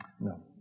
No